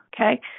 Okay